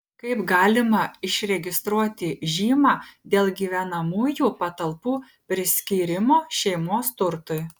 kaip galima išregistruoti žymą dėl gyvenamųjų patalpų priskyrimo šeimos turtui